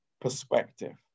perspective